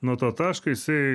nuo to taško jisai